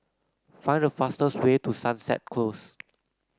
find the fastest way to Sunset Close